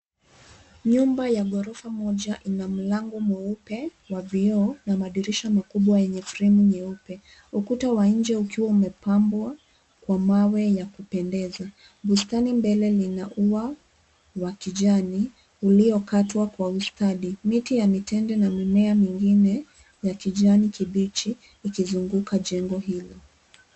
Nyumba ya ghorofa moja ina mlango mweupe wa vioo na madirisha makubwa yenye fremu nyeupe. Ukuta wa nje ukiwa umepambwa kwa mawe ya kupendeza. Bustani mbele lina ua wa kijani uliokwatwa kwa ustadi. Miti ya mitende na mimea mingine ya kijani kibichi ikizunguka jengo hilo.